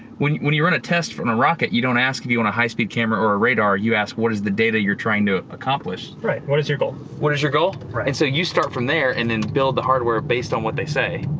when when you run a test from a rocket, you don't ask if you want a high-speed camera or a radar, you ask what is the data you're trying to accomplish? right, what is your goal? what is your goal? and so you start from there and then build the hardware based on what they say.